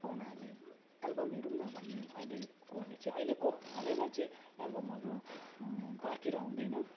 पाहुनाहरूले एल्बम हेरौँ न भन्ने अहिलेकोले चाहिँ अहिलेको हालैमा चाहिँ एल्बमहरू घरतिर आउँदैन